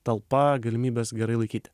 talpa galimybės gerai laikyti